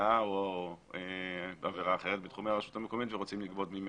או עבירה אחרת בתחומי הרשות המקומית ורוצים לגבות ממנו,